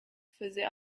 faisait